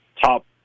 top